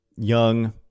young